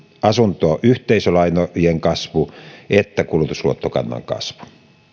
asuntoyhteisölainojen kasvu että kulutusluottokannan kasvu